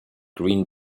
green